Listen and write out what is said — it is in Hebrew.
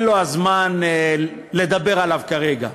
זה לא הזמן לדבר עליו כרגע.